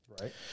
Right